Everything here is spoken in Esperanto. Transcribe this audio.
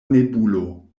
nebulo